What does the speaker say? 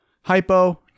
hypo